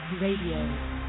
Radio